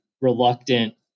reluctant